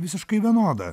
visiškai vienoda